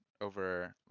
over